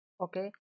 okay